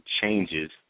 changes